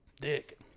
dick